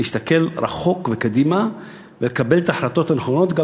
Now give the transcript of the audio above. להסתכל רחוק וקדימה ולקבל את ההחלטות הנכונות גם